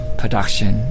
production